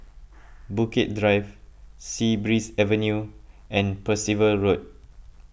Bukit Drive Sea Breeze Avenue and Percival Road